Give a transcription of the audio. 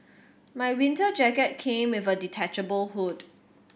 my winter jacket came with a detachable hood